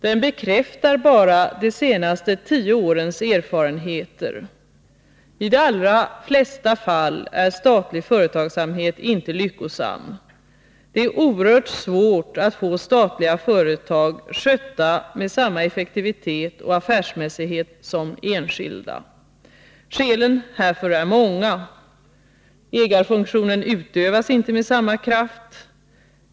Den bekräftar bara de senaste tio årens erfarenheter, nämligen att statlig företagsamhet i de allra flesta fall inte är lyckosam. Det är oerhört svårt att få statliga företag skötta med samma effektivitet och affärsmässighet som enskilda. Skälen härför är många. Ägarfunktionen utövas inte med samma kraft.